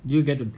did you get to